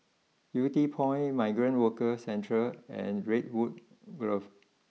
Yew Tee Point Migrant Workers Centre and Redwood Grove